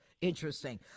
Interesting